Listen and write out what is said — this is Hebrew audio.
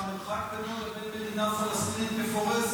שהמרחק בינו לבין מדינה פלסטינית מפורזת